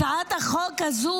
הצעת החוק הזו